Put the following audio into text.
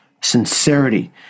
sincerity